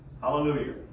Hallelujah